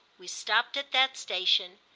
we stopped at that station,